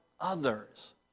others